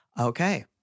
Okay